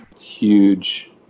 huge